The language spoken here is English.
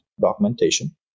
documentation